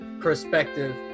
perspective